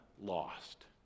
lost